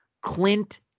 Clint